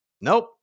Nope